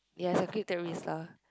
yea it's okay Terisa